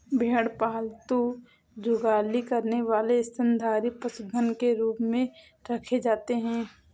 भेड़ पालतू जुगाली करने वाले स्तनधारी पशुधन के रूप में रखे जाते हैं